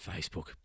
Facebook